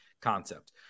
concept